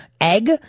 egg